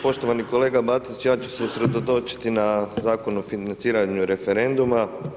Poštovani kolega Bačić, ja ću se usredotočiti na Zakon o financiranju referenduma.